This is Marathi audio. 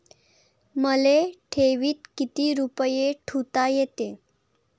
मले ठेवीत किती रुपये ठुता येते?